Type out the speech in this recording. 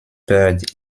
bird